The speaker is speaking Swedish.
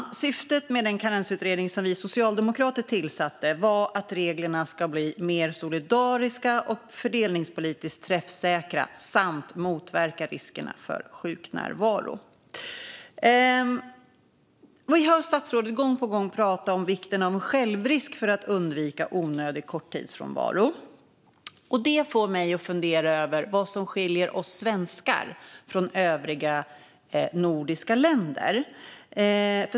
Syftet med den karensutredning som vi socialdemokrater tillsatte var att reglerna skulle bli mer solidariska och fördelningspolitiskt träffsäkra samt motverka riskerna för sjukfrånvaro. Vi hör statsrådet gång på gång tala om vikten av en självrisk för att undvika onödig korttidsfrånvaro. Det får mig att fundera över vad som skiljer oss svenskar från invånarna i övriga nordiska länder.